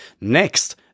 Next